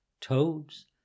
toad's